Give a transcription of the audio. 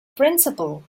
principle